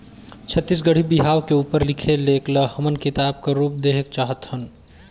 छत्तीसगढ़ी बिहाव के उपर लिखे लेख ल हमन किताब कर रूप देहेक चाहत हन